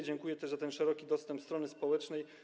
Dziękuję też za ten szeroki dostęp dany stronie społecznej.